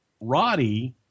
Roddy